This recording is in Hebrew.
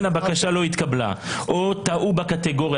הבקשה לא התקבלה או יכול להיות שטעו בקטגוריה.